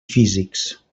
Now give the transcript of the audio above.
físics